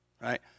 right